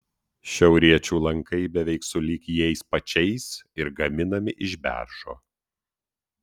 šiauriečių lankai beveik sulig jais pačiais ir gaminami iš beržo